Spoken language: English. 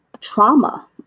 trauma